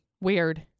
Weird